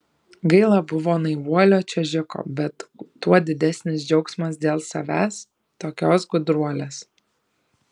gaila buvo naivuolio čiuožiko bet tuo didesnis džiaugsmas dėl savęs tokios gudruolės